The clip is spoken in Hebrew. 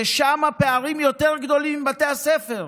ושם הפערים יותר גדולים מאשר בבתי הספר.